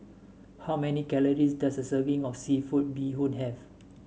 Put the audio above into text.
how many calories does a serving of seafood Bee Hoon have